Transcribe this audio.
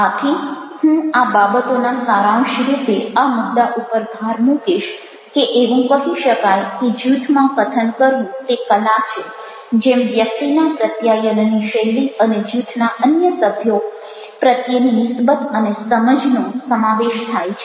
આથી હું આ બાબતોના સારાંશરૂપે આ મુદ્દા ઉપર ભાર મૂકીશ કે એવું કહી શકાય કે જૂથમાં કથન કરવું તે કલા છે જેમાં વ્યક્તિના પ્રત્યાયનની શૈલી અને જૂથના અન્ય સભ્યો પ્રત્યેની નિસબત અને સમજનો સમાવેશ થાય છે